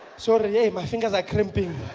sort of hey my fingers are cramping